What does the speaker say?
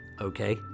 Okay